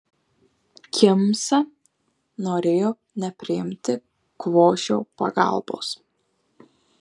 kimsa norėjo nepriimti kvošio pagalbos